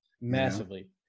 Massively